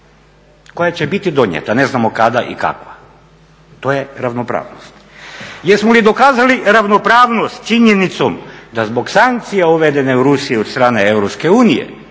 koja će biti donijeta ne znamo kada i kakva. To je ravnopravnost. Jesmo li dokazali ravnopravnost činjenicom da zbog sankcija uvedene u Rusiju od strane EU